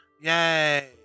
Yay